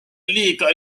liiga